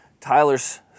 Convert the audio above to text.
Tyler's